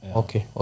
okay